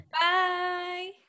Bye